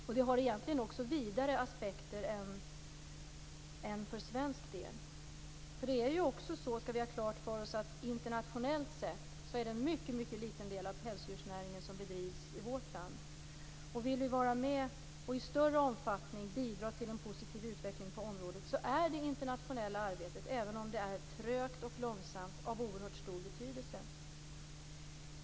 Detta har egentligen också vidare aspekter än för svensk del. Vi skall ha klart för oss att det internationellt sett är en mycket liten del av pälsdjursnäringen som bedrivs i vårt land. Vill vi vara med och bidra till en positiv utveckling på området i större omfattning är det internationella arbetet av oerhört stor betydelse, även om det går trögt och långsamt.